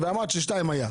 אני מקבל.